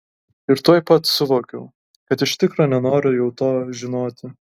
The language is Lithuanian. ir tuoj pat suvokiau kad iš tikro nenoriu jau to žinoti